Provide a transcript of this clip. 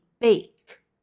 Bake